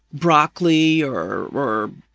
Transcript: broccoli or or